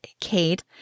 Kate